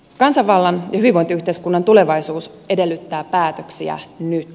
kansanvallan ja hyvinvointiyhteiskunnan tulevaisuus edellyttää päätöksiä nyt